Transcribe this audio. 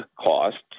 costs